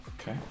Okay